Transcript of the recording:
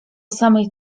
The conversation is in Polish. samej